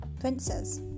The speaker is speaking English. princes